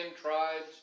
tribes